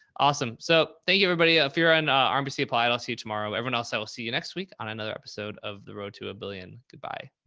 awesome. so thank you everybody, if you're on a rmbc, applied i'll see you tomorrow. everyone else, i will see you next week on another episode of the road to a billion goodbye.